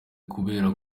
kubera